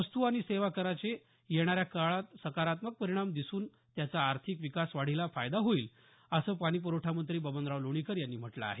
वस्तू आणि सेवा कराचे येणाऱ्या काळात सकारात्मक परिणाम दिसून त्याचा आर्थिक विकास वाढीला फायदा होऊ शकेल असं पाणी पुरवठा मंत्री बबनराव लोणीकर यांनी म्हटलं आहे